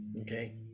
Okay